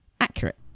accurate